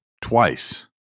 twice